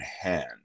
hand